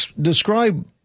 describe –